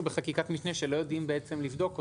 בחקיקת משנה שלא יודעים בעצם לבדוק אותו.